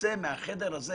תצא מהחדר הזה